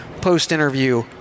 post-interview